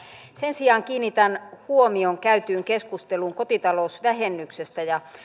sen sijaan kiinnitän huomion käytyyn keskusteluun kotitalousvähennyksestä